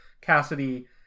Cassidy